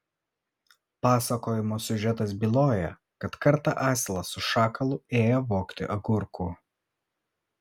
pasakojimo siužetas byloja kad kartą asilas su šakalu ėję vogti agurkų